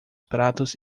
pratos